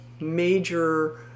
major